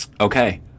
okay